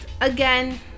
again